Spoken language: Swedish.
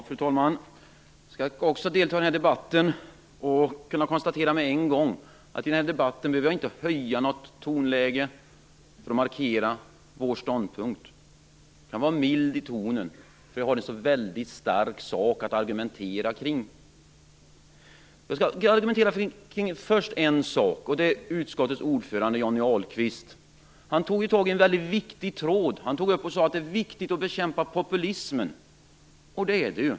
Fru talman! Jag skall också delta i den här debatten, och jag konstaterar med en gång att jag inte behöver höja tonläget för att markera vår ståndpunkt. Jag kan vara mild i tonen, därför att jag har en så stark sak att argumentera kring. Jag skall först argumentera kring en sak som utskottets ordförande Johnny Ahlqvist tog upp. Han tog upp en väldigt viktig tråd och sade att det är viktigt att bekämpa populismen. Ja, det är det.